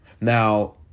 Now